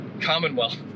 commonwealth